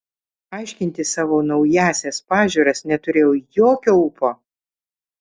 aiškinti savo naująsias pažiūras neturėjau jokio ūpo